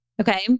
Okay